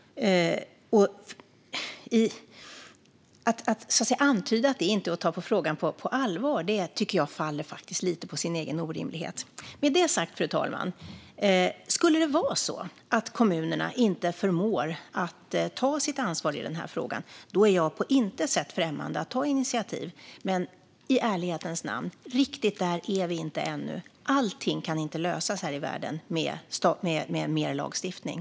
Att antyda att detta inte är att ta frågan på allvar tycker jag faller på sin egen orimlighet. Med detta sagt, fru talman: Skulle det vara så att kommunerna inte förmår att ta sitt ansvar i den här frågan är jag på intet sätt främmande från att ta initiativ, men riktigt där är vi inte, i ärlighetens namn. Allting kan inte lösas med mer lagstiftning.